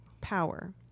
power